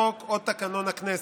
חוק או תקנון הכנסת,